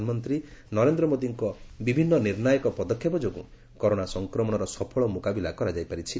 ପ୍ରଧାନମନ୍ତ୍ରୀ ନରେନ୍ଦ୍ର ମୋଦିଙ୍କ ବିଭିନ୍ନ ନିର୍ଷାୟକ ପଦକ୍ଷେପ ଯୋଗ୍ରୁ କରୋନା ସଂକ୍ରମଣର ସଫଳ ମୁକାବିଲା କରାଯାଇ ପାରିଛି